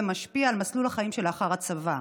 ומשפיע על מסלול החיים שלאחר הצבא.